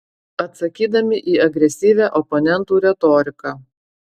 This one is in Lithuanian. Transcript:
atsakydami į agresyvią oponentų retoriką